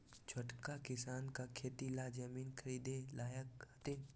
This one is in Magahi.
छोटका किसान का खेती ला जमीन ख़रीदे लायक हथीन?